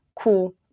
Cool